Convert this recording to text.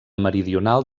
meridional